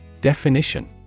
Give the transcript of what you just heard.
Definition